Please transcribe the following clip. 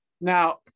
Now